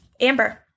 Amber